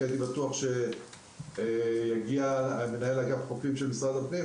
אבל אני מניח שלמנהל אגף החופים במשרד הפנים יש את הנתונים.